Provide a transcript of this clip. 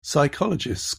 psychologists